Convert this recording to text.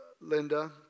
Linda